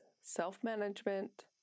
self-management